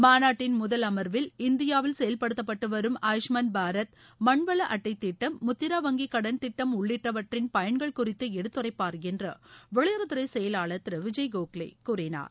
மாநாட்டின் முதல் அமர்வில் இந்தியாவில் செயல்படுத்தப்பட்டு வரும் ஆயுஷ்மான் பாரத் மண்வள அட்டை திட்டம் முத்திர வங்கி கடன் திட்டம் உள்ளிட்டவற்றின் பயன்கள் குறித்து எடுத்துரைப்பார் என்று வெளியுறவுத்துறை செயலாளர் திரு விஜய் கோகலே கூறினார்